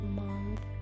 month